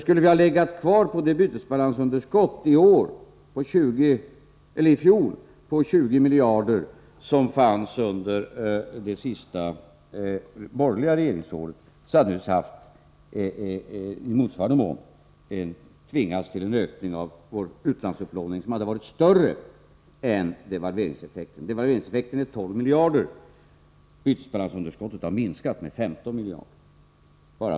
Skulle vi i fjol ha legat kvar på samma nivå i fråga om bytesbalansunderskottet — 20 miljarder — som under det sista borgerliga regeringsåret, hade vi naturligtvis i motsvarande mån tvingats till en ökning av utlandsupplåningen som hade varit större än devalveringseffekten, vilken som sagt svarar för 12 miljarder. Bytesbalansunderskottet har minskat med 15 miljarder.